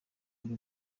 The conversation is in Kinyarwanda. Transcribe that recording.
wari